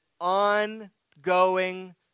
ongoing